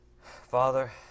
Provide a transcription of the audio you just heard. Father